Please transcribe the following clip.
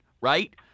right